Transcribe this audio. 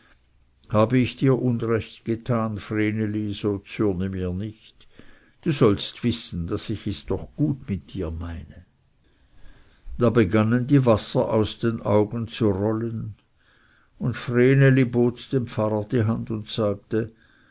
habe ich dir unrecht getan vreneli so zürne mir nicht du sollst wissen daß ich es doch gut mit dir meine da begannen die wasser aus den augen zu rollen und vreneli bot dem pfarrer die hand und sagte